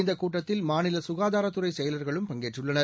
இந்தகூட்டத்தில் மாநிலசுகாதாரத்துறைசெயலர்களும் பங்கேற்றுள்ளனர்